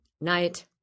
night